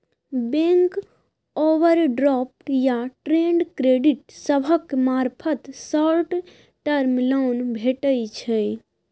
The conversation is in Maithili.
बैंक ओवरड्राफ्ट या ट्रेड क्रेडिट सभक मार्फत शॉर्ट टर्म लोन भेटइ छै